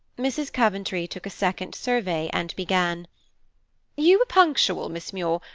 mrs. coventry took a second survey and began you were punctual, miss muir,